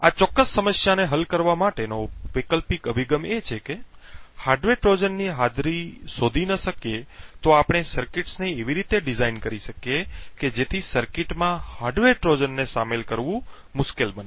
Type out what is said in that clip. આ ચોક્કસ સમસ્યાને હલ કરવા માટેનો વૈકલ્પિક અભિગમ એ છે કે હાર્ડવેર ટ્રોજનની હાજરી શોધી ન શકીએ તો આપણે સર્કિટ્સને એવી રીતે ડિઝાઇન કરી શકીએ કે જેથી સર્કિટમાં હાર્ડવેર ટ્રોજનની શામેલ કરવું મુશ્કેલ બને